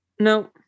No